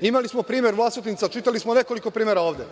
Imali smo primer Vlasotinca, čitali smo nekoliko primera ovde,